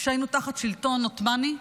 כשהיינו תחת שלטון עות'מאני,